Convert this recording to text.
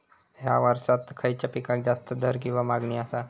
हया वर्सात खइच्या पिकाक जास्त दर किंवा मागणी आसा?